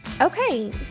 okay